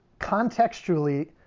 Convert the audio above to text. Contextually